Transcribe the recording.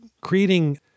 creating